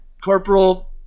Corporal